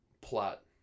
plot